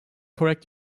correct